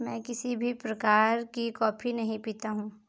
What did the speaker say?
मैं किसी भी प्रकार की कॉफी नहीं पीता हूँ